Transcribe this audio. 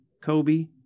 Kobe